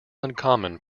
uncommon